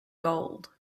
gold